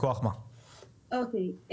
אוקיי.